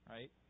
Right